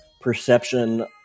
Perception